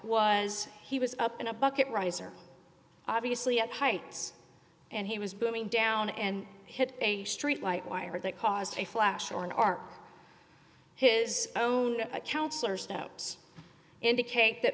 was he was up in a bucket riser obviously at height and he was booming down and hit a streetlight wire that caused a flash or an arc his own accounts or steps indicate that